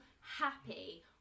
happy